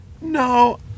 no